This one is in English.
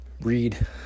read